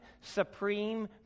supreme